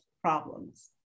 problems